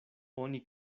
oni